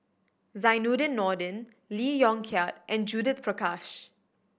Zainudin Nordin Lee Yong Kiat and Judith Prakash